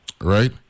right